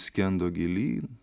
skendo gilyn